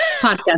podcast